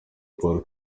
paul